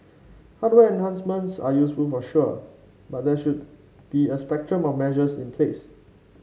hardware enhancements are useful for sure but there should be a spectrum of measures in place